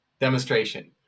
demonstration